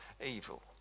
evil